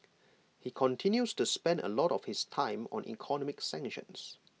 he continues to spend A lot of his time on economic sanctions